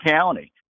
County